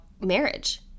marriage